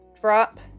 Drop